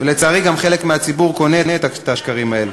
לצערי, חלק מהציבור גם קונה את השקרים האלה.